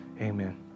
Amen